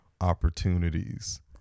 opportunities